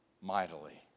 mightily